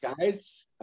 guys